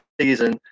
season